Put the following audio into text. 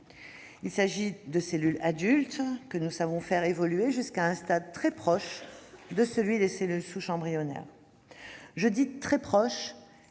Il s'agit de cellules adultes que nous savons faire évoluer jusqu'à un stade très proche de celui des cellules souches embryonnaires. Je dis : très proche,